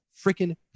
freaking